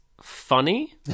funny